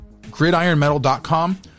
gridironmetal.com